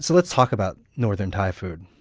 so let's talk about northern thai food.